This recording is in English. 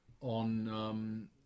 on